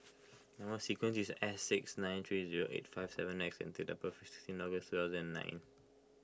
Number Sequence is S six nine three zero eight five seven X and date of birth is sixteen August two thousand and nine